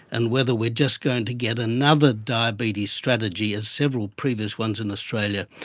and whether we are just going to get another diabetes strategy, as several previous ones in australia,